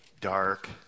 dark